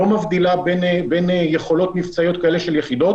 לא מבדילה בין יכולות מבצעיות כאלה של יחידות